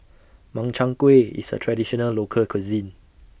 Makchang Gui IS A Traditional Local Cuisine